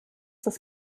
das